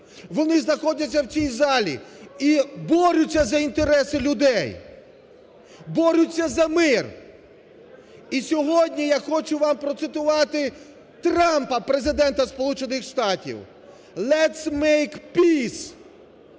вони знаходяться в цій залі і борються за інтереси людей, борються за мир. І сьогодні я хочу вам процитувати Трампа, Президента Сполучених Штатів: "Let's make peace".